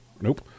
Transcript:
Nope